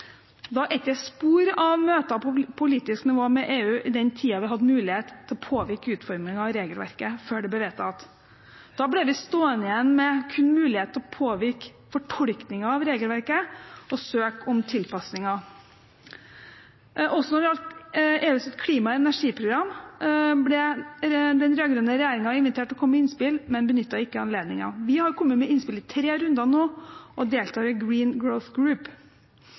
er ikke spor etter møter på politisk nivå med EU i løpet av den tiden vi hadde mulighet til å påvirke utformingen av regelverket før det ble vedtatt. Da ble vi stående igjen kun med mulighet til å påvirke fortolkningen av regelverket og søke om tilpasninger. Også når det gjaldt EUs klima- og energiprogram, ble den rød-grønne regjeringen invitert til å komme med innspill, men benyttet ikke anledningen. Vi har kommet med innspill i tre runder nå og deltar i Green Growth Group,